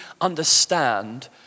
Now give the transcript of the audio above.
understand